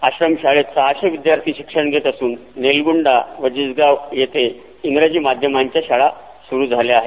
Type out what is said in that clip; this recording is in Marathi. आश्रमशाळेत सहाशे विद्यार्थी शिक्षण घेत असून नेलगुंडा व जिजगाव इथं इंग्रजी माध्यमाची शाळा सुरु जाल्या आहेत